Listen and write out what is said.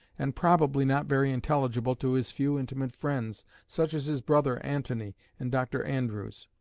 and probably not very intelligible to his few intimate friends, such as his brother antony and dr. andrewes.